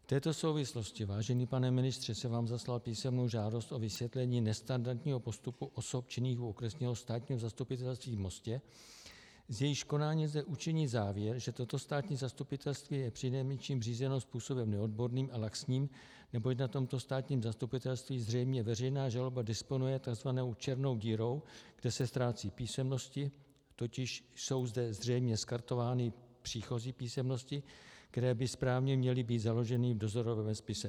V této souvislosti, vážený pane ministře, jsem vám zaslal písemnou žádost o vysvětlení nestandardního postupu osob činných u Okresního státního zastupitelství v Mostě, z jehož konání lze učinit závěr, že toto státní zastupitelství je přinejmenším řízeno způsobem neodborným a laxním, neboť na tomto státním zastupitelství zřejmě veřejná žaloba disponuje tzv. černou dírou, kde se ztrácejí písemnosti, totiž jsou zde zřejmě skartovány příchozí písemnosti, které by správně měly být založeny v dozorovém spise.